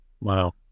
Wow